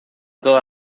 toda